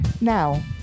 Now